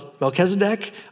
Melchizedek